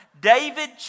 David